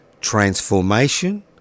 transformation